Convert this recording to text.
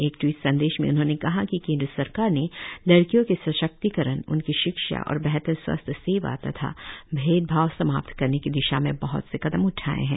एक ट्वीट संदेश में उन्होंने कहा कि केंद्र सरकार ने लडकियों के सशक्तिकरण उनकी शिक्षा और बेहतर स्वास्थ्य सेवा तथा भेदभाव समाप्त करने की दिशा में बह्त से कदम उठाए हैं